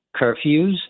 curfews